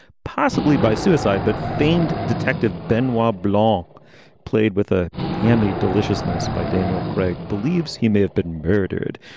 possibly by suicide. but famed detective ben, while blore um played with a hammy deliciousness by daniel craig, believes he may have been murdered.